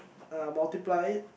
uh multiply